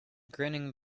grinning